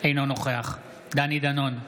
אינו נוכח דני דנון,